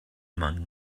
among